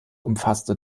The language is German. umfasste